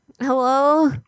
hello